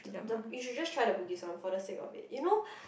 the you should just try the bugis one for the sake of it you know